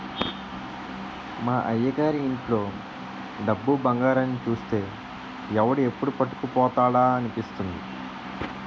మా అయ్యగారి ఇంట్లో డబ్బు, బంగారాన్ని చూస్తే ఎవడు ఎప్పుడు పట్టుకుపోతాడా అనిపిస్తుంది